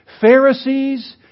Pharisees